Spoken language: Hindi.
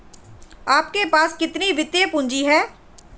आपके पास कितनी वित्तीय पूँजी है?